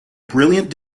brilliant